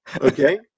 Okay